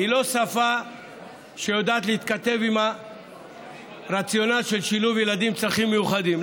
היא לא בשפה שיודעת להתכתב עם הרציונל של שילוב ילדים עם צרכים מיוחדים.